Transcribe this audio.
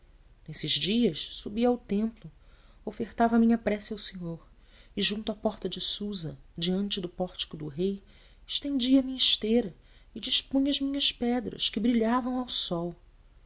nesses dias subia ao templo ofertava a minha prece ao senhor e junto à porta de susa diante do pórtico do rei estendia a minha esteira e dispunha as minhas pedras que brilhavam ao sol